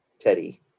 Teddy